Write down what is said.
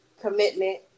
commitment